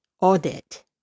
Audit